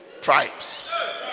tribes